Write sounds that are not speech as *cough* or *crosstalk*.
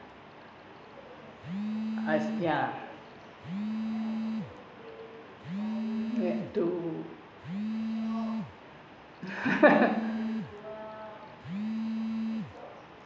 I ya need to *laughs*